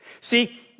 See